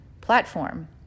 Platform